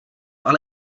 ale